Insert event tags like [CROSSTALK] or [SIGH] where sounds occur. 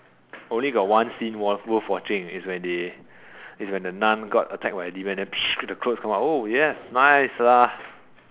only got one scene worth watching is when they is when the nun got attacked by a demon then [NOISE] the clothes come out oh yes nice lah